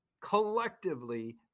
collectively